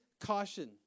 caution